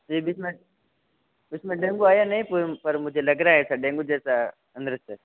इसमें डेंगू आया नहीं पर पर मुझे लग रहा है सर डेंगू जैसा अंदर से